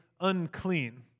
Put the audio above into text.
unclean